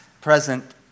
present